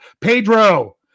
Pedro